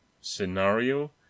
scenario